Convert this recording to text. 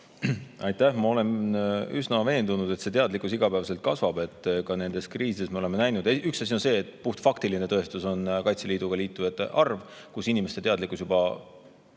Aitäh! Ma olen üsna veendunud, et see teadlikkus iga päev kasvab. Ka nendes kriisides me oleme näinud, et üks asi on see, et puhtfaktiline tõestus on Kaitseliiduga liitujate arv. Inimeste teadlikkus saab